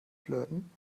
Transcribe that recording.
flirten